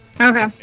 okay